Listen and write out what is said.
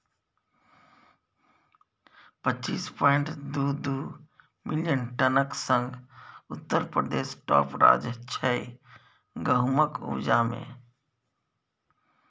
पच्चीस पांइट दु दु मिलियन टनक संग उत्तर प्रदेश टाँप राज्य छै गहुमक उपजा मे